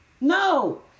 No